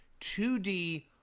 2D